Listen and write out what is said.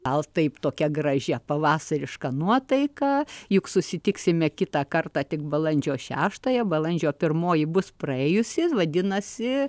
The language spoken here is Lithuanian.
gal taip tokia gražia pavasariška nuotaika juk susitiksime kitą kartą tik balandžio šeštąją balandžio pirmoji bus praėjusi vadinasi